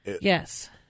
Yes